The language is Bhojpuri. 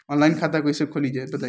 आनलाइन खाता कइसे खोली बताई?